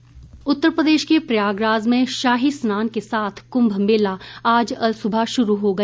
कंभ मेला उत्तर प्रदेश के प्रयागराज में शाही स्नान के साथ कुंभ मेला आज अलसुबह शुरू हो गया